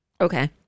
Okay